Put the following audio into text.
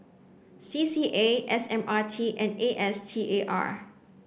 C C A S M R T and A S T A R